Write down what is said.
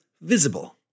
visible